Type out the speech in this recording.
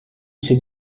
ces